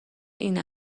این